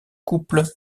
couple